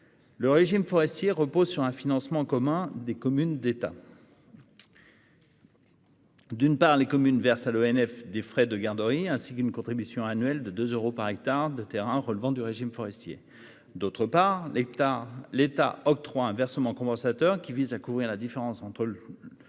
Ce régime repose sur un financement commun des communes et de l'État. D'une part, les communes versent à l'ONF des frais de garderie, ainsi qu'une contribution annuelle de 2 euros par hectare de terrain relevant du régime forestier. D'autre part, l'État octroie un versement compensateur, qui vise à couvrir la différence entre le coût pour l'ONF et les contributions